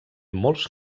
molts